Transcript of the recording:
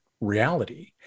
reality